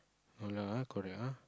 err ya [huh] correct [huh]